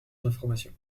d’information